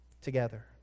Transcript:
together